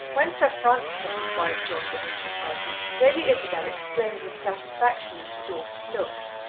when sir francis and his wife joined the windsor party, lady isabel exclaimed with satisfaction at her daughters' looks.